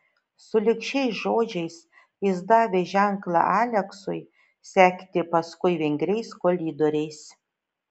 sulig šiais žodžiais jis davė ženklą aleksui sekti paskui vingriais koridoriais